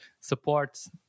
supports